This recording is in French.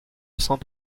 sans